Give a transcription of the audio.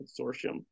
Consortium